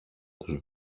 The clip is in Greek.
τους